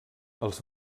els